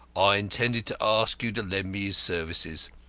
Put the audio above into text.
i intended to ask you to lend me his services.